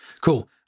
Cool